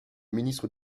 ministre